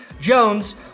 Jones